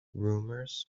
rumors